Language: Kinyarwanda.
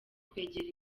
kwegera